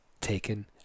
taken